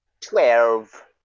Twelve